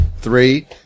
three